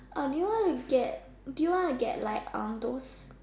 uh do you wanna get do you wanna get like um those